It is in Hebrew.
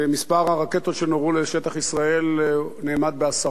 מספר הרקטות שנורו לשטח ישראל נאמד בעשרות,